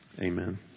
Amen